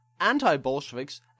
anti-Bolsheviks